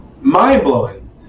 mind-blowing